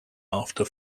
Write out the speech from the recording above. after